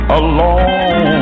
alone